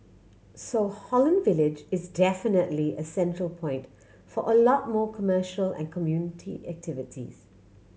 so Holland Village is definitely a central point for a lot more commercial and community activities